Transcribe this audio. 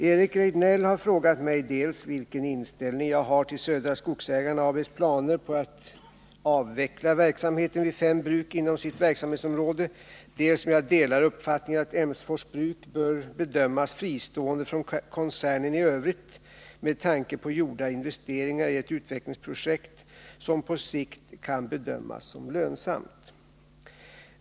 Eric Rejdnell har frågat mig dels vilken inställning jag har till Södra Skogsägarna AB:s planer på att avveckla verksamheten vid fem bruk inom dess verksamhetsområde, dels om jag delar uppfattningen att Emsfors bruk bör bedömas fristående från koncernen i övrigt med tanke på gjorda investeringar i ett utvecklingsprojekt, som på sikt kan bedömas som lönsamt.